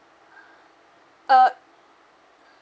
err